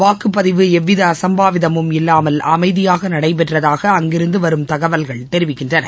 வாக்குப் பதிவு எவ்வித அசம்பாவிதமும் இல்லாமல் அமைதியாக நடைபெற்றதாக அங்கிருந்து வரும் தகவல்கள் தெரிவிக்கின்றன